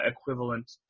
equivalent